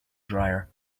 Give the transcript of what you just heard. dryer